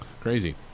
Crazy